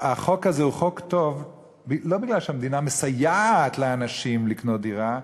החוק הזה הוא חוק טוב לא בגלל שהמדינה מסייעת לאנשים לקנות דירה,